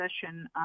session